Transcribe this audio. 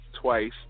twice